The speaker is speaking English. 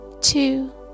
Two